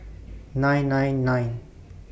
nine nine nine